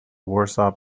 warsaw